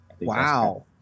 Wow